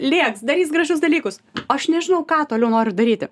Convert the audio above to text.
lėks darys gražius dalykus aš nežinau ką toliau noriu daryti